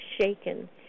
shaken